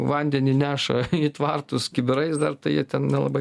vandenį neša į tvartus kibirais dar tai jie ten nelabai